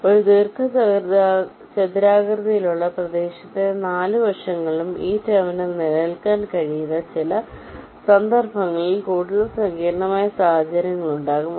ഒരു ദീർഘചതുരാകൃതിയിലുള്ള പ്രദേശത്തിന്റെ 4 വശങ്ങളിലും ഈ ടെർമിനൽ നിലനിൽക്കാൻ കഴിയുന്ന ചില സന്ദർഭങ്ങളിൽ കൂടുതൽ സങ്കീർണ്ണമായ സാഹചര്യം ഉണ്ടാകാം